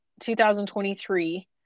2023